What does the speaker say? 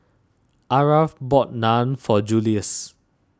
Aarav bought Naan for Juluis